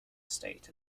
state